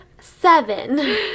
seven